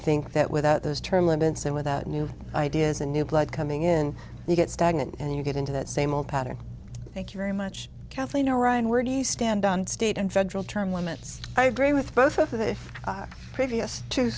think that without those term limits and without new ideas and new blood coming in you get stagnant and you get into that same old pattern thank you very much kathleen or ryan where do you stand on state and federal term limits i agree with both if previous to